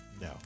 No